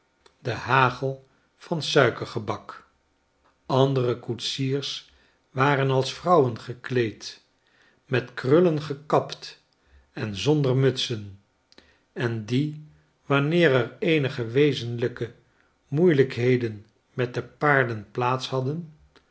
den hagel van suikergebak andere koetsiers waren als vrouwen gekleed met krullen gekapt en zonder mutsen en die wanneerereenige wezenlijke moeielijkheden met de paarden plaats hadden